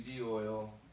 oil